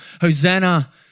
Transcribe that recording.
Hosanna